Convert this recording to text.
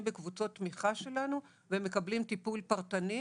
בקבוצות תמיכה שלנו והם מקבלים טיפול פרטני,